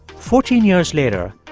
fourteen years later,